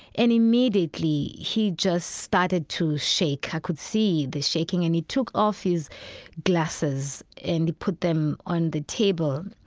and immediately he just started to shake. i could see the shaking. and he took off his glasses and put them on the table.